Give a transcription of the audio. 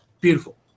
beautiful